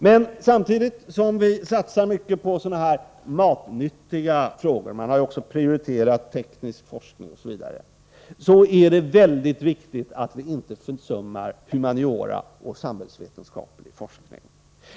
Men samtidigt som vi satsar mycket på sådana här matnyttiga frågor-man Nr 166 har ju också prioriterat teknisk forskning osv. — är det väldigt viktigt att vi inte Torsdagen den försummar humaniora och samhällsvetenskaplig forskning.